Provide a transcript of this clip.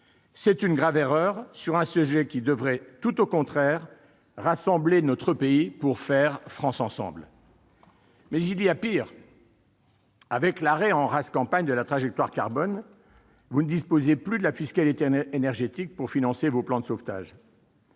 C'est une grave erreur : ce sujet devrait, tout au contraire, rassembler nos concitoyens pour « faire France » ensemble. Il y a pis encore. Avec l'arrêt en rase campagne de la trajectoire carbone, vous ne disposez plus de la fiscalité énergétique pour financer vos plans de sauvetage.